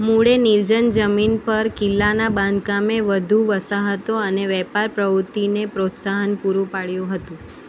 મૂળે નિર્જન જમીન પર કિલ્લાના બાંધકામે વધુ વસાહતો અને વેપાર પ્રવૃત્તિને પ્રોત્સાહન પૂરું પાડ્યું હતું